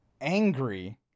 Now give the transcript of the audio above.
angry